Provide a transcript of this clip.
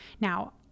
Now